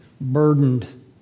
burdened